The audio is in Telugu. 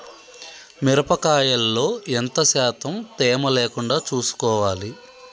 మిరప కాయల్లో ఎంత శాతం తేమ లేకుండా చూసుకోవాలి?